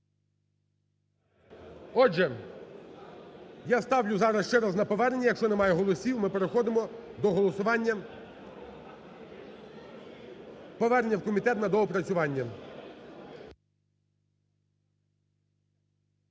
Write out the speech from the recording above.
Отже, я ставлю зараз ще раз на повернення, якщо немає голосів, ми переходимо до голосування, повернення в комітет на доопрацювання.